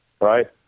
Right